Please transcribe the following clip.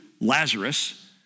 Lazarus